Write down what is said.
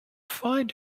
find